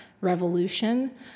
revolution